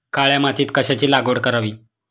काळ्या मातीत कशाची लागवड करावी?